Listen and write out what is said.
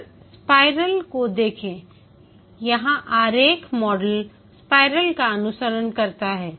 बस स्पाइरल को देखें यहां आरेख मॉडल स्पाइरल का अनुसरण करता है